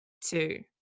two